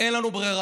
אין לנו ברירה,